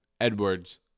Edwards